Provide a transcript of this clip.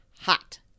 Hot